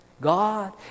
God